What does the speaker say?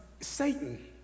Satan